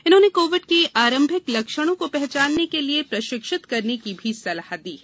इन्हेंन covid के आरंभिक लक्षणों को पहचानने के लिए प्रशिक्षित करने की भी सलाह दी गई